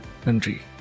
country